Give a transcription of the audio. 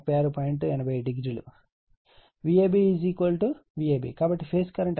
VAB Vab కాబట్టి phase current IAB Vab Z∆